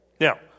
Now